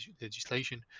legislation